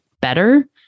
better